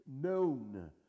known